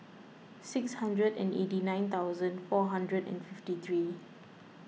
six hundred and eighty nine thousand four hundred and fifty three